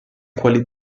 quali